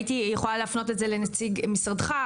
הייתי יכולה להפנות את זה לנציג משרדך,